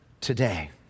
today